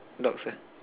dogs ah